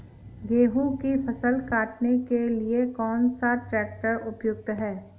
गेहूँ की फसल काटने के लिए कौन सा ट्रैक्टर उपयुक्त है?